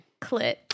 Clit